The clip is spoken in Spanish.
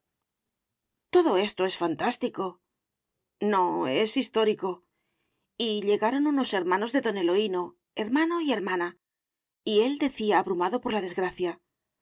todo esto es fantástico no es histórico y llegaron unos hermanos de don eloíno hermano y hermana y él decía abrumado por la desgracia